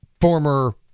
former